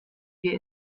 wir